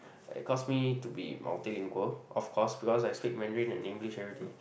it cause me to be multilingual of course because I speak Mandarin and English everyday